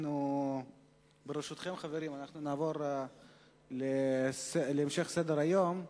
ברשותכם, חברים, אנחנו נעבור להמשך סדר-היום.